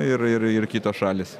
ir ir ir kitos šalys